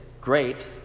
great